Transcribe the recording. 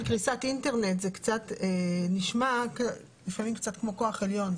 קריסת אינטרנט לפעמים קצת נשמע כמו כוח עליון.